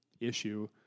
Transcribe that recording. issue